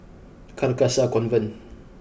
Carcasa Convent